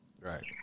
Right